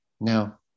Now